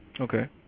Okay